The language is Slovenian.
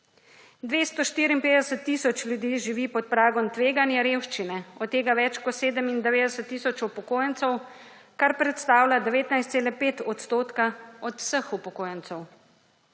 254 tisoč ljudi živi pod pragom tveganja revščine, od tega več kot 97 tisoč upokojencev, kar predstavlja 19,5 % od vseh upokojencev.